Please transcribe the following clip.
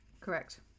Correct